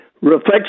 reflects